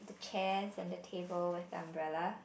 the chairs and the tables and umbrella